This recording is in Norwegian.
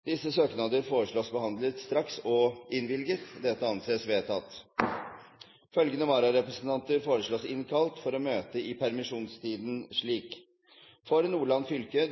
Etter forslag fra presidenten ble enstemmig besluttet: Søknadene behandles straks og innvilges. Følgende vararepresentanter innkalles for å møte i permisjonstiden: For Nordland fylke: